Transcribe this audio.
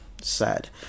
sad